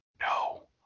no